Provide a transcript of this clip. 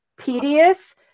tedious